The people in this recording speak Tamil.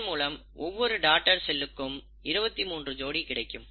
இதன் மூலம் ஒவ்வொரு டாடர் செல்லுக்கும் 23 ஜோடி கிடைக்கும்